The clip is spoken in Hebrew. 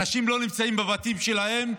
אנשים לא נמצאים בבתים שלהם,